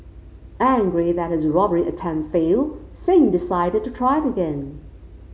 angry that his robbery attempt failed Singh decided to try again